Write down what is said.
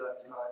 tonight